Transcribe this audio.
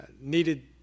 needed